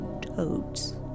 Toads